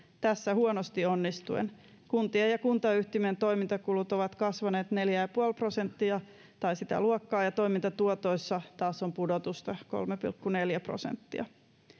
tässä huonosti onnistuen kuntien ja kuntayhtymien toimintakulut ovat kasvaneet neljä pilkku viisi prosenttia tai sitä luokkaa ja toimintatuotoissa taas on pudotusta kolme pilkku neljä prosenttia